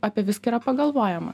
apie viską yra pagalvojama